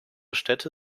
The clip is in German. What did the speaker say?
städte